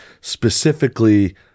specifically